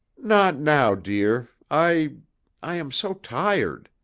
not now, dear i i am so tired.